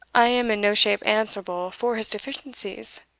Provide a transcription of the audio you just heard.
i am in no shape answerable for his deficiencies,